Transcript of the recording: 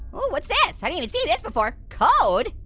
oh, what's this? haven't even seen this before. code?